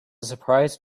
surprise